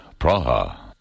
Praha